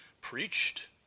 preached